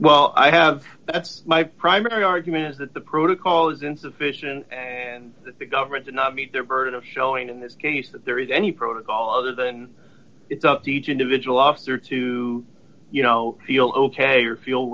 well i have my primary argument is that the protocol is insufficient and that the government did not meet their burden of showing in this case that there is any protocol other than each individual officer to you know feel ok or feel